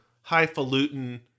highfalutin